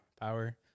power